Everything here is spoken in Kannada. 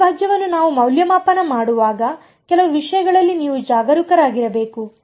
ಈ ಅವಿಭಾಜ್ಯವನ್ನು ನಾವು ಮೌಲ್ಯಮಾಪನ ಮಾಡುವಾಗ ಕೆಲವು ವಿಷಯಗಳಲ್ಲಿ ನೀವು ಜಾಗರೂಕರಾಗಿರಬೇಕು